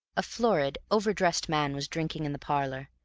a florid, overdressed man was drinking in the parlor,